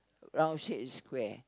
round shape is square